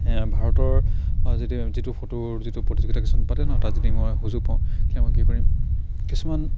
ভাৰতৰ যদি যিটো ফটোৰ যিটো প্ৰতিযোগিতা কিছুমান পাতে ন তাত যদি মই সুযোগ পাওঁ তেতিয়া মই কি কৰিম কিছুমান